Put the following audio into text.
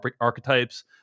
archetypes